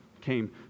came